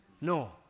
No